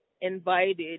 invited